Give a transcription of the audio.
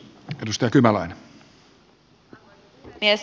arvoisa puhemies